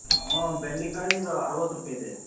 ಊಂ ಬೆಂಡೆಕಾಯಿ ಇದು ಅರುವತ್ತು ರೂಪಾಯಿ ಇದೆ